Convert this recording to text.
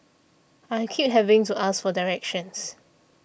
I keep having to ask for directions